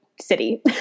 city